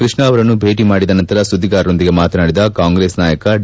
ಕೃಷ್ಣ ಅವರನ್ನು ಭೇಟಿ ಮಾಡಿದ ನಂತರ ಸುದ್ದಿಗಾರರೊಂದಿಗೆ ಮಾತನಾಡಿದ ಕಾಂಗ್ರೆಸ್ ನಾಯಕ ಡಿ